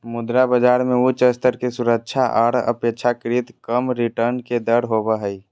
मुद्रा बाजार मे उच्च स्तर के सुरक्षा आर अपेक्षाकृत कम रिटर्न के दर होवो हय